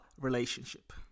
relationship